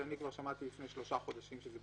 שכבר שמעתי לפני שלושה חודשים שזה